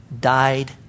died